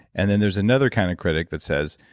and then there's another kind of critic that says,